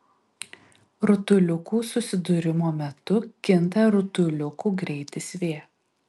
rutuliukų susidūrimo metu kinta rutuliukų greitis v